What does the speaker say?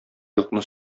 юкны